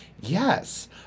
Yes